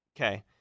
Okay